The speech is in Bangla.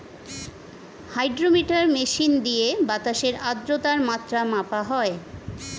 হাইড্রোমিটার মেশিন দিয়ে বাতাসের আদ্রতার মাত্রা মাপা হয়